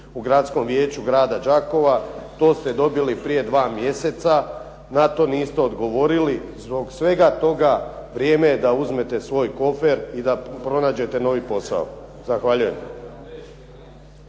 u Gradskom vijeću, grada Đakova, to ste dobili prije dva mjeseca, na to niste odgovorili. Zbog svega toga, vrijeme je da uzmete svoj kofer i da pronađete novi posao. Zahvaljujem.